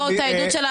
לא את העדות שלה,